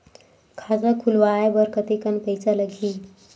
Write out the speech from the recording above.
खाता खुलवाय बर कतेकन पईसा लगही?